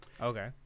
Okay